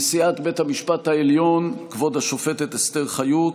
נשיאת בית המשפט העליון כבוד השופטת אסתר חיות,